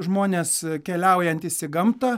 žmonės keliaujantys į gamtą